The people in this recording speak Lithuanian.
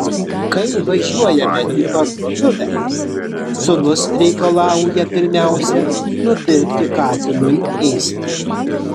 kai važiuojame į parduotuvę sūnus reikalauja pirmiausia nupirkti katinui ėsti